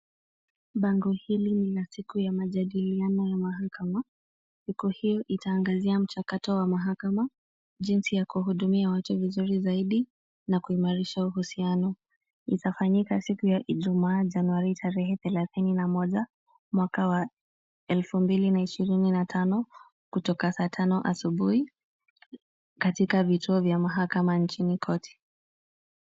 Bango hili ni la siku ya majadiliano ya mahakama. Siku hiyo itaangazia mchakato wa mahakama, jinsi ya kuhudumia watu vizuri zaidi na kuimarisha uhusiano. Itafanyika siku ya Ijumaa Januari tarehe thelathini na moja mwaka wa elfu mbili na ishirini na tano, kutoka saa tano asubuhi katika vituo vya mahakama nchini kote.